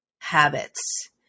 habits